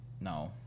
No